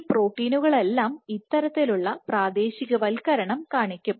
ഈ പ്രോട്ടീനുകളെല്ലാം ഇത്തരത്തിലുള്ള പ്രാദേശികവൽക്കരണം കാണിക്കും